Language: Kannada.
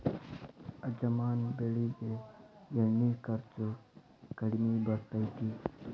ಅಜವಾನ ಬೆಳಿಗೆ ಎಣ್ಣಿ ಖರ್ಚು ಕಡ್ಮಿ ಬರ್ತೈತಿ